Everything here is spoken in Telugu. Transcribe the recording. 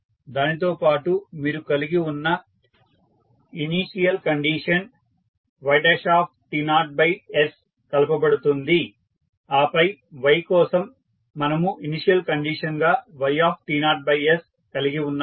దానితోపాటు మీరు కలిగి ఉన్న ఇనిషియల్ కండిషన్ y1s కలపబడుతుంది ఆపై y కోసం మనము ఇనిషియల్ కండిషన్ గా ys కలిగి ఉన్నాము